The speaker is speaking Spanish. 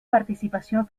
participación